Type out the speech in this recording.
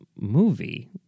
movie